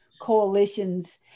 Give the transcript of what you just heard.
coalitions